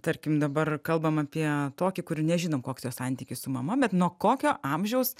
tarkim dabar kalbam apie tokį kur nežinom koks jo santykis su mama bet nuo kokio amžiaus